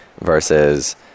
versus